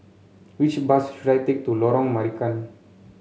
which bus should I take to Lorong Marican